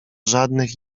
żadnych